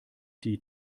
die